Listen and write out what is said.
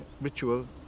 ritual